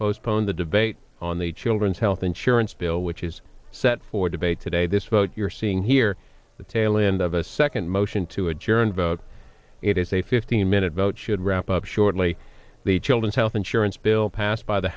postpone the debate on the children's health insurance bill which is set for debate today this vote you're seeing here the tail end of a second motion to adjourn vote it is a fifteen minute vote should wrap up shortly the children's health insurance bill passed by the